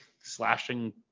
slashing